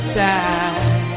time